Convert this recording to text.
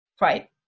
right